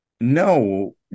no